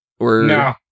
No